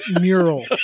mural